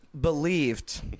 believed